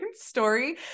story